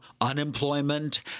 unemployment